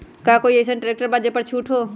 का कोइ अईसन ट्रैक्टर बा जे पर छूट हो?